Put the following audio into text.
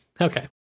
Okay